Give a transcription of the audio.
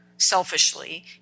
Selfishly